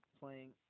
playing